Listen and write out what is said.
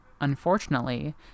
Unfortunately